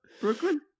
Brooklyn